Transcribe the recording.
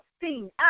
seen